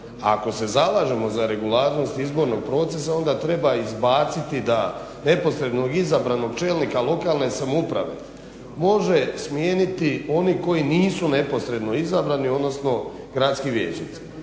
ako se zalažemo za regularnost izbornog procesa onda treba izbaciti da neposredno izabranog čelnika lokalne samouprave može smijeniti oni koji nisu neposredno izabrani, odnosno gradski vijećnici.